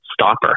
stopper